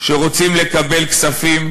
שרוצים לקבל כספים,